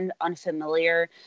unfamiliar